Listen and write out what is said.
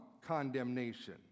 condemnation